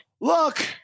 Look